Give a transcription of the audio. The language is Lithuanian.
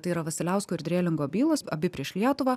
tai yra vasiliausko ir drėlingo bylos abi prieš lietuvą